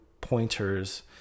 pointers